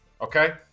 Okay